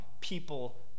people